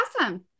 awesome